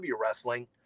wrestling